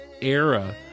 era